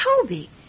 Toby